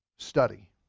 study